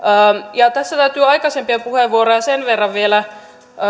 tässä täytyy aikaisempia puheenvuoroja sen verran vielä